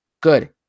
good